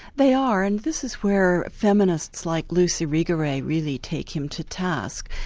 they are, and this is where feminists like lucy irigaray really take him to task,